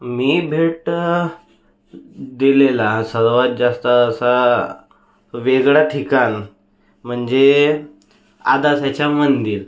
मी भेट दिलेला सर्वांत जास्त असा वेगळं ठिकाण म्हणजे आदाशाचा मंदिर